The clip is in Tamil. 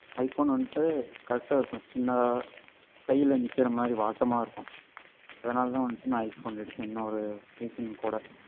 ஐஃபோன் வந்துட்டு கரெக்டாக இருக்கும் சின்னதாக கையில் நிற்கிற மாதிரி வாட்டமாக இருக்கும் அதனால தான் வந்துட்டு நான் ஐஃபோன் எடுத்தேன் இன்னொரு மிஷின் கூட